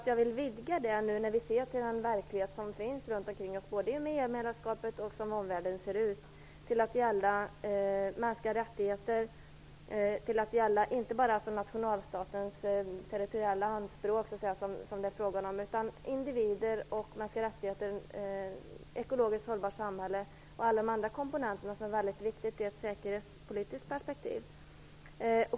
Jag vill vidga detta, när vi ser den verklighet som finns runt omkring oss både i och med EU-medlemskapet och som omvärlden ser ut, till att gälla mänskliga rättigheter, till att alltså inte bara gälla nationalstatens territoriella anspråk, som det är frågan om, utan individer och mänskliga rättigheter, ett ekologiskt hållbart samhälle och alla de andra komponenterna som är väldigt viktiga i ett säkerhetspolitiskt perspektiv.